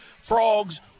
frogs